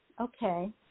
Okay